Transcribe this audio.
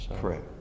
Correct